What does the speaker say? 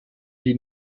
die